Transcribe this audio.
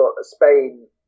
Spain